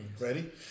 Ready